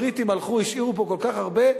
הבריטים הלכו, השאירו פה כל כך הרבה.